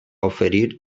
oferir